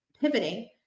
pivoting